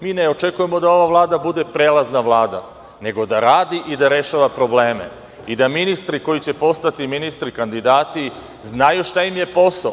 Mi ne očekujemo da ova vlada bude prelazna vlada, nego da radi i da rešava probleme i da ministri koji će postati ministri, kandidati znaju šta im je posao.